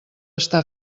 està